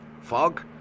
fog